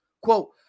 Quote